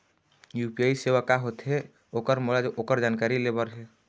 UPI सेवा का होथे ओकर मोला ओकर जानकारी ले बर हे?